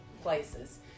places